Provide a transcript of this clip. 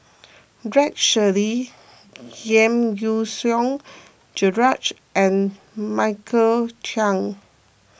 Rex Shelley Giam Yean Song Gerald and Michael Chiang